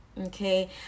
Okay